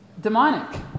demonic